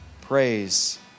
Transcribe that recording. Praise